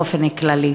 באופן כללי,